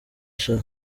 sha